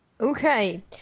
Okay